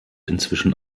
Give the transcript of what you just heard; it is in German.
inzwischen